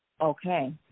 Okay